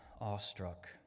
awestruck